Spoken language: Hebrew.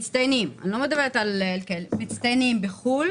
מצטיינים, אני לא מדברת על כולם, מצטיינים בחו"ל